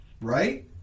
right